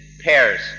pairs